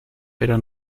pero